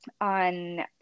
on